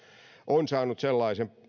on saanut osakseen sellaisen